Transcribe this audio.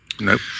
Nope